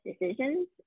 decisions